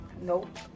Nope